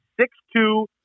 six-two